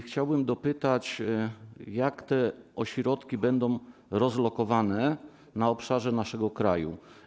Chciałbym dopytać, jak te ośrodki będą rozlokowane na obszarze naszego kraju.